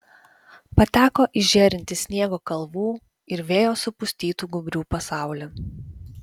pateko į žėrintį sniego kalvų ir vėjo supustytų gūbrių pasaulį